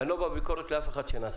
ואני לא בא בביקורת לאף אחד שנסע,